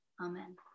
Amen